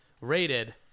rated